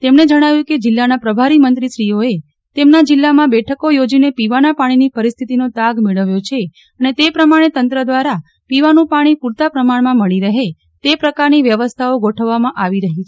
તેમણે જણાવ્યું કે જિલ્લાના પ્રભારી મંત્રીશ્રીઓએ તેમના જિલ્લામાં બેઠકો યોજીને પીવાના પાણીની પરિસ્થિતિનો તાગ મેળવ્યો છે અને તે પ્રમાણે તંત્ર દ્વારા પીવાનું પાણી પૂરતાં પ્રમાણમાં મળી રહે તે પ્રકારની વ્યવસ્થાઓ ગોઠવવામાં આવી રહી છે